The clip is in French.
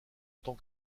tant